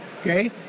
Okay